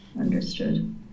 Understood